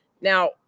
Now